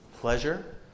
pleasure